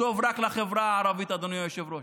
טוב רק לחברה הערבית, אדוני היושב-ראש.